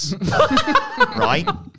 right